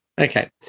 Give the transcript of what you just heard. Okay